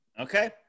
Okay